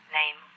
name